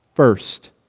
First